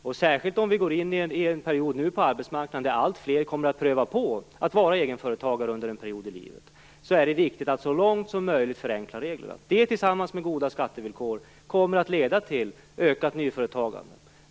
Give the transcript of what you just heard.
Särskilt om vi nu går in i en period på arbetsmarknaden, när alltfler under en period i livet kommer att prova på att vara egenföretagare, är det viktigt att så långt som möjligt förenkla reglerna. Det tillsammans med goda skattevillkor kommer att leda till ett ökat nyföretagande.